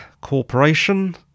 corporation